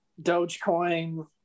Dogecoin